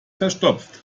verstopft